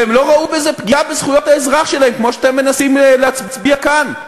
והם לא ראו בזה פגיעה בזכויות האזרח שלהם כמו שאתם מנסים להצביע כאן.